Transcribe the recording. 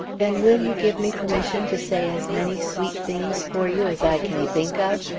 then will you give me permission to say as many sweet things for you as i can think of?